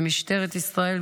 ומשטרת ישראל,